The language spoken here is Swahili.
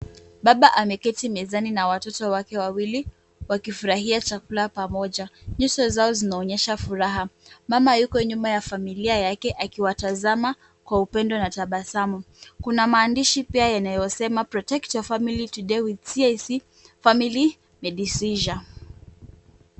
Baba ameketi mezani na watoto wake wawili, wakifurahia chakula pamoja. Nyuso zao zinaonyesha furaha. Mama yuko nyuma ya familia yake akiwatazama kwa upendo na tabasamu. Kuna maandishi pia yanayosema protect your family tofay with CIC family Medisure .